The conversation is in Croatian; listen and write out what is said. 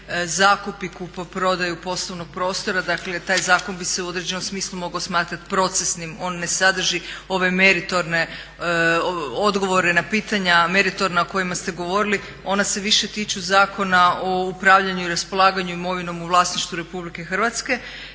zakup i kupoprodaju poslovnog prostora. Dakle, taj zakon bi se u određenom smislu mogao smatrati procesnim. On ne sadrži ove meritorne odgovore na pitanja, meritorna o kojima ste govorili. Ona se više tiču Zakona o upravljanju i raspolaganju imovinom u vlasništvu RH. Dakle,